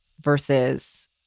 versus